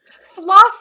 Floss